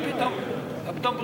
מה פתאום בריאות?